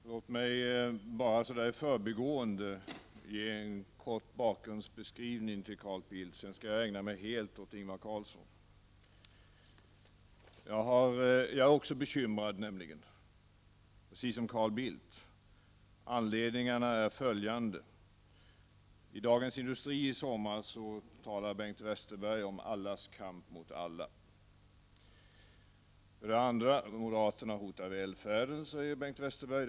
Herr talman! Låt mig bara så där i förbigående ge en kort bakgrundsbeskrivning till Carl Bildt. Sedan skall jag ägna mig helt åt Ingvar Carlsson. Också jag är nämligen bekymrad, precis som Carl Bildt. Anledningarna är följande. 1. I Dagens Industri i somras talade Bengt Westerberg om allas kamp mot alla. 2. Moderaterna hotar välfärden, säger Bengt Westerberg.